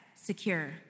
secure